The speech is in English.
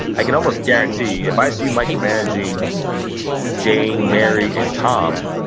i can almost guarantee if i see you micromanaging jane, mary, and tom,